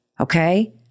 Okay